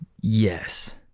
Yes